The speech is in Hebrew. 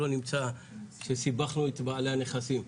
שלא נמצא שסיבכנו את בעלי הנכסים.